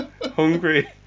hungry